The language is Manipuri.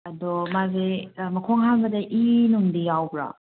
ꯑꯗꯣ ꯃꯥꯒꯤ ꯃꯈꯣꯡ ꯍꯥꯝꯕꯗ ꯏ ꯅꯨꯡꯗꯤ ꯌꯥꯎꯕ꯭ꯔꯣ